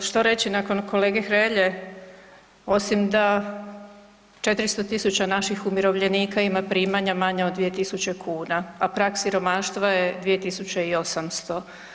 Što reći nakon kolege Hrelje osim da 400 000 naših umirovljenika ima primanja manja od 2000 kn a prag siromaštva je 2800.